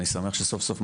אני שמח שסוף סוף,